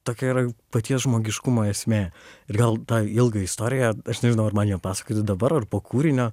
tokia yra paties žmogiškumo esmė ir gal tą ilgą istoriją aš nežinau ar man ją pasakoti dabar ar po kūrinio